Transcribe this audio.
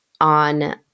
on